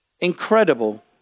incredible